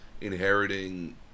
inheriting